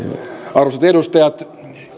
arvoisat edustajat